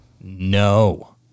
No